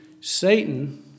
Satan